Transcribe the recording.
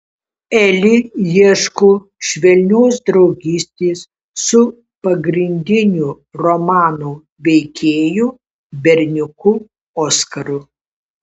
eli ieško švelnios draugystės su pagrindiniu romano veikėju berniuku oskaru